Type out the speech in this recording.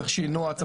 צריך שינוע.